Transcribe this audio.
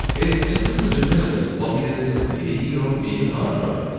it's just as legitimate as a floppy disk, cd, or even hard drive.